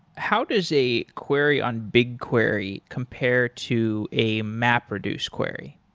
how does a query on bigquery compare to a mapreduce query?